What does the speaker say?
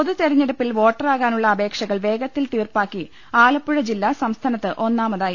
പൊതുതെരഞ്ഞെടുപ്പിൽ വോട്ടറാകാനുള്ള അപേക്ഷകൾ വേഗ ത്തിൽ തീർപ്പാക്കി ആലപ്പുഴ ജില്ല സംസ്ഥാനത്ത് ഒന്നാമതായി